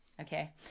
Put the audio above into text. Okay